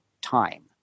time